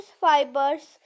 fibers